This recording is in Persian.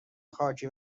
خاکی